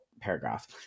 paragraph